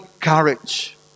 Courage